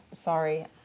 sorry